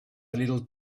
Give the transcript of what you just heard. little